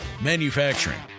Manufacturing